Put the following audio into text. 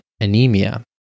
anemia